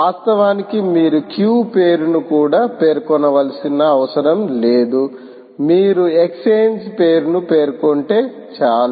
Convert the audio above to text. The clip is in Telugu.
వాస్తవానికి మీరు క్యూ పేరును కూడా పేర్కొనవలసిన అవసరం లేదు మీరు ఎక్స్ఛేంజ్ పేరును పేర్కొంటే చాలు